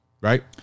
right